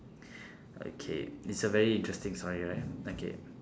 okay it's a very interesting story right okay